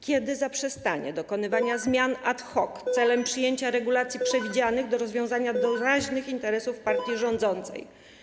Kiedy zaprzestanie dokonywania zmian ad hoc celem przyjęcia regulacji przewidzianych do rozwiązania doraźnych interesów partii rządzącej?